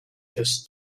this